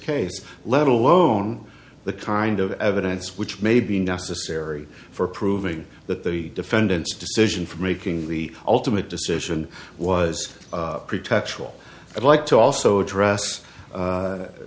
case let alone the kind of evidence which may be necessary for proving that the defendant's decision for making the ultimate decision was pretextual i'd like to also address